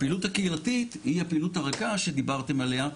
הפעילות הקהילתית היא הפעילות הרכה שדיברתם עליה.